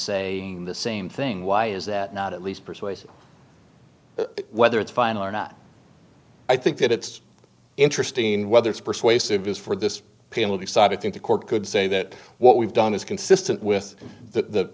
say the same thing why is that not at least persuasive whether it's final or not i think that it's interesting whether it's persuasive use for this people decide it think the court could say that what we've done is consistent with the